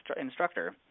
instructor